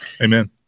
Amen